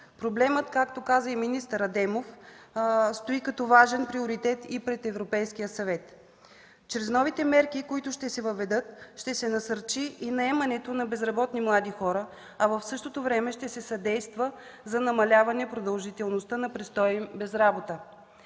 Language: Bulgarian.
Проблемът, както каза и министър Адемов, стои като важен приоритет и пред Европейския съвет. Чрез новите мерки, които ще се въведат, ще се насърчи и наемането на безработни млади хора, а в същото време ще се съдейства за намаляване продължителността на престоя им без работа.